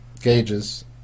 gauges